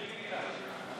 זה העם שרימית.